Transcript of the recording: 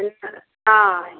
ठीक छै हँ